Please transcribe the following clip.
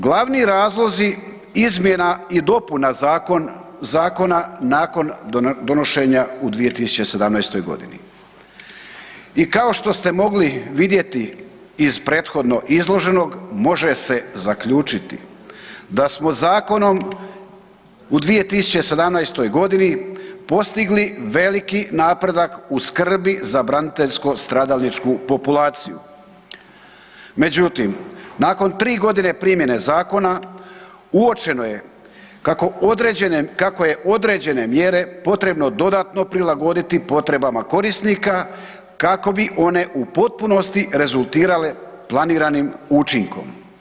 Glavni razlozi izmjena i dopuna zakona nakon donošenja u 2017. g. i kao što ste mogli vidjeti iz prethodno izloženog, može se zaključiti, da smo zakonom u 2017. g. postigli veliki napredak u skrbi za braniteljsko stradalničku populaciju, međutim, nakon 3 godine primjene zakona uočeno je kako je određene mjere potrebno dodatno prilagoditi potrebama korisnika kako bi one u potpunosti rezultirale planiranim učinkom.